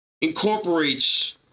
incorporates